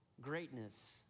greatness